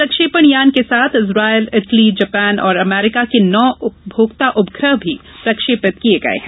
प्रक्षेपण यान के साथ इजराइल इटली जापान और अमरीका के नौ उपमोक्ता उपग्रह भी प्रक्षेपित किए गए हैं